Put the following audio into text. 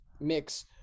mix